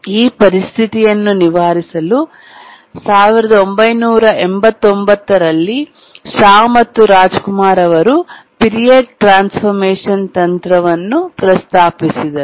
ಈ ಪರಿಸ್ಥಿತಿಯನ್ನು ನಿವಾರಿಸಲು 1989 ರಲ್ಲಿ ಶಾ ಮತ್ತು ರಾಜ್ ಕುಮಾರ್ ಅವರು ಪಿರಿಯಡ್ ಟ್ರಾನ್ಸ್ಫರ್ಮೇಷನ್ ತಂತ್ರವನ್ನು ಪ್ರಸ್ತಾಪಿಸಿದರು